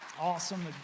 awesome